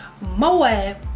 Moab